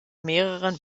mehreren